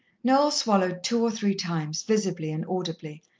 noel swallowed two or three times, visibly and audibly,